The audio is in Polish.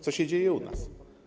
Co się dzieje u nas?